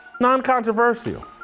Non-controversial